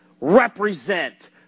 represent